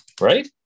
right